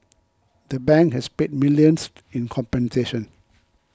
the bank has paid millions in compensation